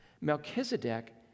Melchizedek